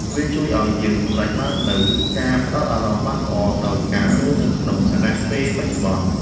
វាជួយឱ្យយើងសម្រេចបាននូវការផ្ដោតអារម្មណ៍បានល្អ ដោយការរស់នៅក្នុងខណៈពេលបច្ចុប្បន្ន។